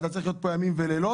אתה צריך להיות פה ימים ולילות,